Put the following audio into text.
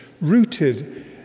rooted